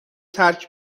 ترک